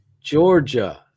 Georgia